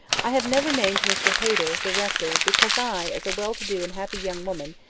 i have never named mr hayter, the rector, because i, as a well-to do and happy young woman,